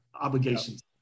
obligations